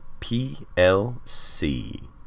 PLC